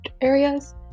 areas